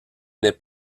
n’est